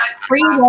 free